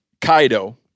Kaido